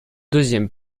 deuxième